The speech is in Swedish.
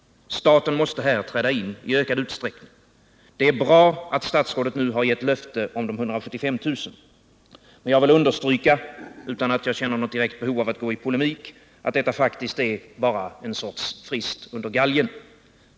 Staten måste här träda in i ökad utsträckning. Det är bra att statsrådet nu har givit löfte om de 175 000 kronorna, men jag vill understryka — utan att jag känner något direkt behov av att gå in i polemik — att detta bara är en sorts frist under galgen.